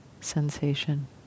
sensation